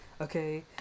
okay